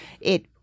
it-